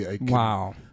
Wow